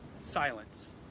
silence